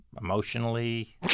Emotionally